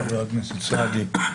חבר הכנסת סעדי,